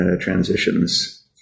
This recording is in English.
transitions